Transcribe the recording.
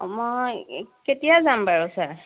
অঁ মই কেতিয়া যাম বাৰু ছাৰ